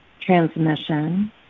transmission